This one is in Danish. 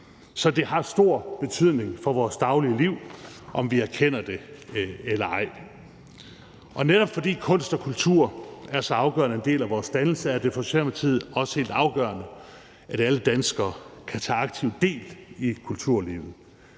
Så det har stor betydning for vores daglige liv, om vi erkender det eller ej, og netop fordi kunst og kultur er så afgørende en del af vores dannelse, er det for Socialdemokratiet også helt afgørende, at alle danskere kan tage aktivt del i kulturlivet.